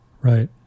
Right